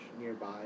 nearby